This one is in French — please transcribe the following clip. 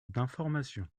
d’information